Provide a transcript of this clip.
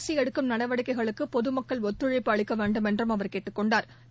அரசு எடுக்கும் நடவடிக்கைகளுக்கு பொதுமக்கள் ஒத்துழைப்பு அளிக்க வேண்டுமென்றும் அவர் கேட்டுக் கொண்டாா்